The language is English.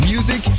Music